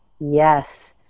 Yes